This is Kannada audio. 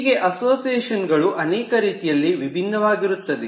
ಹೀಗೆ ಅಸೋಸಿಯೇಷನ್ಗಳು ಅನೇಕ ರೀತಿಯಲ್ಲಿ ವಿಭಿನ್ನವಾಗಿರುತ್ತದೆ